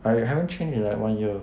I haven't changed in like one year